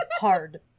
hard